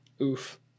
oof